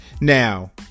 Now